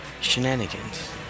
shenanigans